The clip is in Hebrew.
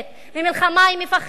ממלחמה היא מפחדת,